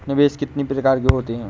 निवेश कितनी प्रकार के होते हैं?